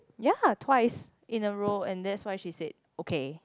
ya twice in a row and that's why she said okay